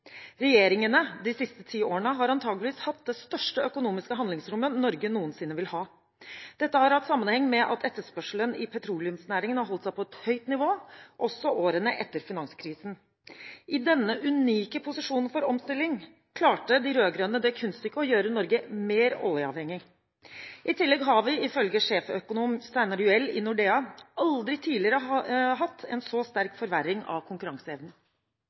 Regjeringene de siste ti årene har antageligvis hatt det største økonomiske handlingsrommet Norge noensinne vil ha. Dette har hatt sammenheng med at etterspørselen i petroleumsnæringen har holdt seg på et høyt nivå, også i årene etter finanskrisen. I denne unike posisjonen for omstilling klarte de rød-grønne det kunststykket å gjøre Norge mer oljeavhengig. I tillegg har vi, ifølge sjeføkonom Steinar Juel i Nordea, aldri tidligere hatt en så sterk forverring av konkurranseevnen.